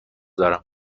دارم